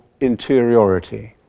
interiority